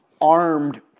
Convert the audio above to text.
armed